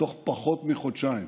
בתוך פחות מחודשיים,